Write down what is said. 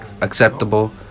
Acceptable